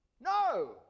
No